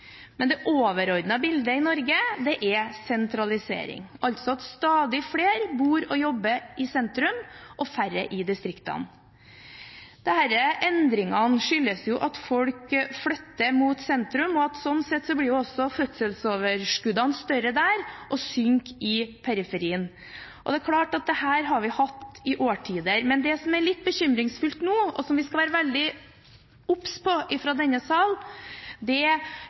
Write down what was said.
Men det overordnede bildet i Norge er sentralisering, altså at stadig flere bor og jobber i sentrum og færre i distriktene. Disse endringene skyldes at folk flytter mot sentrum, og slik sett blir også fødselsoverskuddene større der og synker i periferien. Det er klart at slik har det vært i årtier. Det som er litt bekymringsfullt nå, og som vi skal være veldig obs på fra denne sal, er at vi nærmest får en generasjonseffekt. Det